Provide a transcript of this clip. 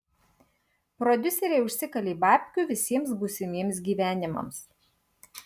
prodiuseriai užsikalė babkių visiems būsimiems gyvenimams